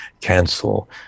cancel